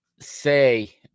say